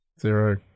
Zero